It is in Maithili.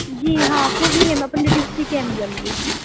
जी हाँ पूर्णियामे अपने डिस्ट्रिक्टेमे लेलिऐ हँ